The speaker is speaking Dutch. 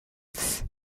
pff